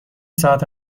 ساعت